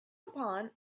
upon